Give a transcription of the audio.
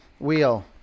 Wheel